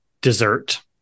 dessert